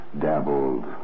dabbled